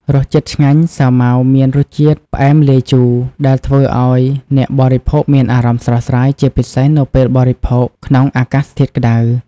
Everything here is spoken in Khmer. រសជាតិឆ្ងាញ់ សាច់សាវម៉ាវមានរសជាតិ ផ្អែមលាយជូរ ដែលធ្វើឱ្យអ្នកបរិភោគមានអារម្មណ៍ស្រស់ស្រាយ ជាពិសេសនៅពេលបរិភោគក្នុងអាកាសធាតុក្តៅ។